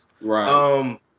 Right